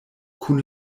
kun